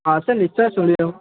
ହଁ ସେ ନିଶ୍ଚୟ ଶୁଣିବେ ମ